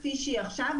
כפי שהיא עכשיו,